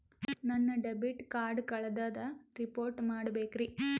ನನ್ನ debit card ಕಳ್ದದ report ಮಾಡಬೇಕ್ರಿ